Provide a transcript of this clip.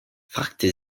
fragte